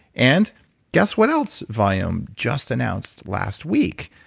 and guess what else viome just announced last week?